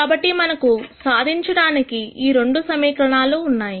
కాబట్టి మనకు సాధించడానికి ఈ రెండు సమీకరణాలు ఉన్నాయి